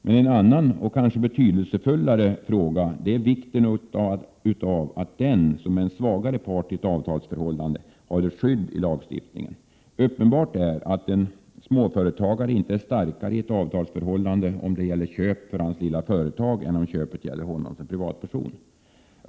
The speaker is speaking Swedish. Men en annan, och kanske betydelsefullare, fråga gäller vikten av att den som är den svagare parten i ett avtalsförhållande har ett skydd i lagstiftningen. Det är uppenbart att en småföretagare inte är den starkare parten i ett avtalsförhållande, om det gäller köp för hans lilla företag, än om köpet gäller honom som privatperson.